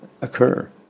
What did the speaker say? occur